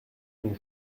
dont